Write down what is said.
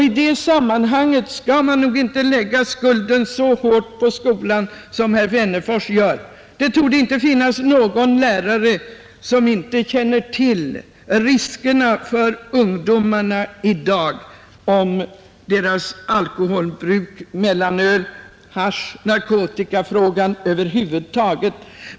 I detta sammanhang skall man nog inte lägga skulden så hårt på skolan som herr Wennerfors gör. Det torde inte finnas någon lärare som inte känner till de risker ungdomarna i dag löper genom bruket av alkohol, mellanöl, hasch och narkotika över huvud taget.